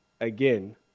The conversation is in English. again